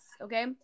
okay